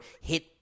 hit